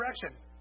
direction